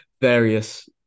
various